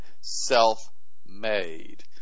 self-made